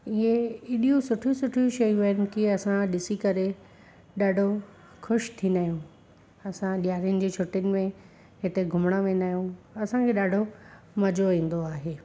इहे हेॾियूं सुठियूं सुठियूं शयूं आहिनि की असां ॾिसी करे ॾाढो खुश थींदा आहियूं असां ॾिआरीनि जी छुटिनि में हिते घुमणु वेंदा आहियूं असांखे ॾाढो मज़ो ईंदो आहे